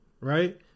Right